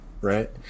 Right